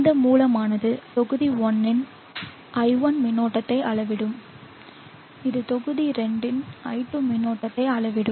இந்த மூலமானது தொகுதி 1 இன் I1 மின்னோட்டத்தை அளவிடும் இது தொகுதி 2 இன் I2 மின்னோட்டத்தை அளவிடும்